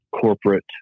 corporate